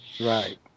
Right